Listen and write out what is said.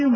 you